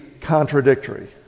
contradictory